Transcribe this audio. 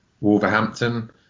Wolverhampton